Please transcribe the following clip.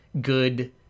good